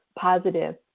positive